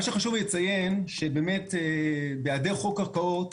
מה שחשוב לי לציין, שבאמת בהיעדר חוק קרקעות